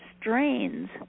strains